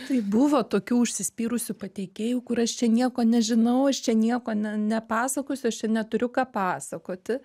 tai buvo tokių užsispyrusių pateikėjų kur aš čia nieko nežinau aš čia nieko ne nepasakosiu aš čia neturiu ką pasakoti